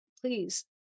please